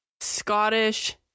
Scottish